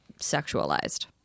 sexualized